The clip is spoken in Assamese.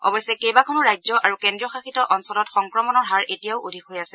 অৱশ্যে কেইবাখনো ৰাজ্য আৰু কেন্দ্ৰীয় শাসিত অঞ্চলত সংক্ৰমণৰ হাৰ এতিয়াও অধিক হৈ আছে